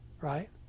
right